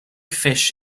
fish